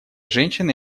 женщина